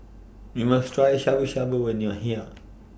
YOU must Try Shabu Shabu when YOU Are here